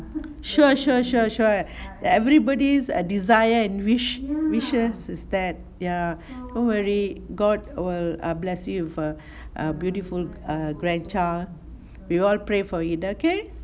sure sure sure sure everybody's err desire and wish wishes is that don't worry god will err bless you with a err beautiful err grandchild we all pray for it okay